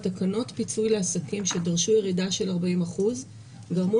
תקנות פיצוי לעסקים שדרשו ירידה של 40% גרמו